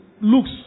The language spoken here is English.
looks